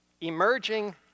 emerging